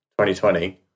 2020